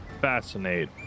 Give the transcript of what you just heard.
fascinate